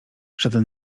żaden